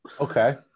Okay